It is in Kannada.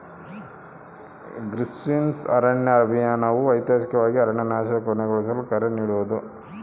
ಗ್ರೀನ್ಪೀಸ್ನ ಅರಣ್ಯ ಅಭಿಯಾನವು ಐತಿಹಾಸಿಕವಾಗಿ ಅರಣ್ಯನಾಶನ ಕೊನೆಗೊಳಿಸಲು ಕರೆ ನೀಡೋದು